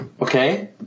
Okay